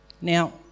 Now